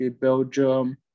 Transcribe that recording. Belgium